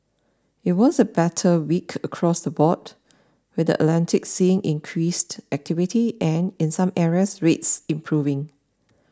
it was a better week across the board with the Atlantic seeing increased activity and in some areas rates improving